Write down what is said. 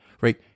right